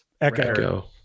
Echo